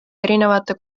erinevate